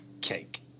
Cake